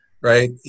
right